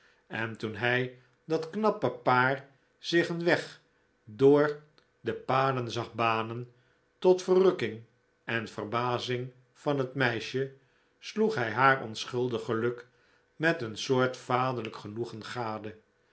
en toen hij dat knappe paar zich een weg door de paden zag banen tot verrukking en verbazing van het meisje sloeg hij haar onschuldig geluk met een soort vaderlijk genoegen gade